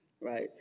right